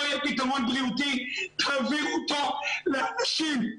יהיה פתרון בריאותי תחזירו אותו לאנשים,